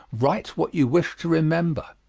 write what you wish to remember.